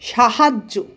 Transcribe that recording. সাহায্য